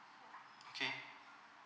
okay